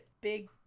big